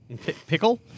Pickle